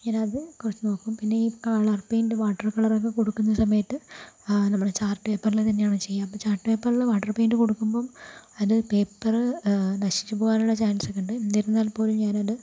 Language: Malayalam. ഞാനത് കുറച്ച് നോക്കും പിന്നെ ഈ കളർ പെയിൻറ്റ് വാട്ടർ കളറൊക്കെ കൊടുക്കുന്ന സമയത്ത് നമ്മള് ചാർട്ട് പേപ്പറിൽ തന്നെയാണ് ചെയ്യുക അപ്പോൾ ചാർട്ട് പേപ്പറില് വാട്ടർ പെയിൻറ്റ് കൊടുക്കുമ്പം അത് പേപ്പറ് നശിച്ച് പോവാനുള്ള ചാൻസൊക്കെ ഉണ്ട് എന്നിരുന്നാൽ പോലും ഞാനത്